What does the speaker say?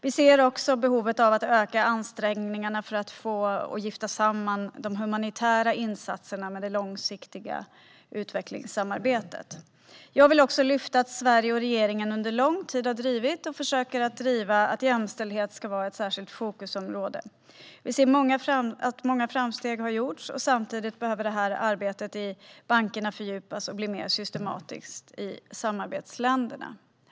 Vi ser också behovet av att öka ansträngningarna för att gifta samman de humanitära insatserna med det långsiktiga utvecklingssamarbetet. Jag vill också lyfta att Sverige och regeringen under lång tid har drivit - och försöker att driva - att jämställdhet ska vara ett särskilt fokusområde. Vi ser att många framsteg har gjorts. Samtidigt behöver detta arbete i bankerna fördjupas och bli mer systematiskt i samarbetsländerna.